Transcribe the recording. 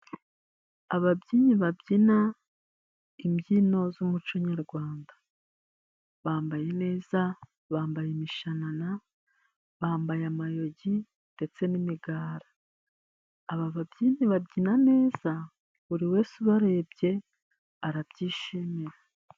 Ababyinnyi babyina imbyino z'umuco nyarwanda, bambaye neza, bambaye imishanana, bambaye amayogi, ndetse n'imigara. Aba babyinnyi babyina neza, buri wese ubarebye arabyishimira.